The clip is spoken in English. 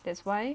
that's why